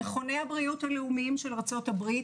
מכוני הבריאות הלאומיים של ארצות הברית,